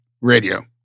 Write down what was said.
radio